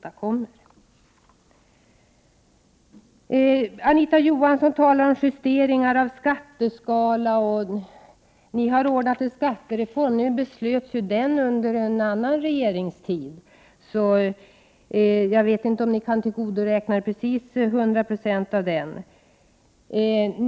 Anita Johansson talar om justeringar av skatteskalor och att ni har ordnat en skattereform. Nu beslöts ju skattereformen under en annan regeringstid, så jag vet inte precis om ni kan tillgodoräkna er den till 100 96.